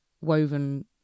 woven